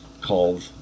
called